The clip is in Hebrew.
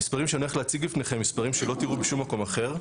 המספרים שאני הולך להציג בפניכם הם מספרים שלא תראו בשום מקום אחר.